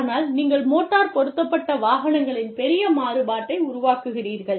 ஆனால் நீங்கள் மோட்டார் பொருத்தப்பட்ட வாகனங்களின் பெரிய மாறுபாட்டை உருவாக்குகிறீர்கள்